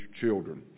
children